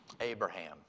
Abraham